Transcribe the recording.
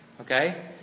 Okay